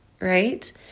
right